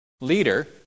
leader